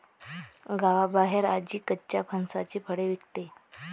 गावाबाहेर आजी कच्च्या फणसाची फळे विकते